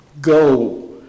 Go